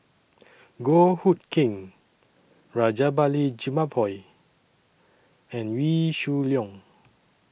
Goh Hood Keng Rajabali Jumabhoy and Wee Shoo Leong